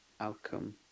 outcome